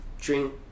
drink